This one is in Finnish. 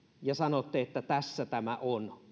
ja sanotte että tässä tämä on